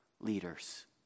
leaders